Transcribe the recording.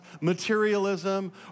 materialism